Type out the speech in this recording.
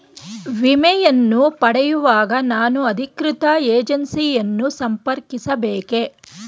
ವಿಮೆಯನ್ನು ಪಡೆಯುವಾಗ ನಾನು ಅಧಿಕೃತ ಏಜೆನ್ಸಿ ಯನ್ನು ಸಂಪರ್ಕಿಸ ಬೇಕೇ?